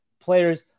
players